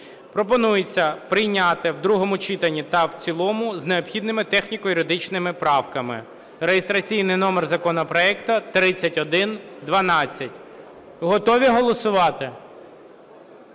Пропонується прийняти в другому читанні та в цілому з необхідними техніко-юридичними правками. Реєстраційний номер законопроекту 3112. Готові голосувати?